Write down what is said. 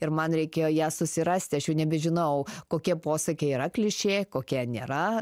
ir man reikėjo ją susirasti aš jau nebežinau kokie posakiai yra klišė kokie nėra